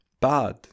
bad